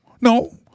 no